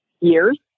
years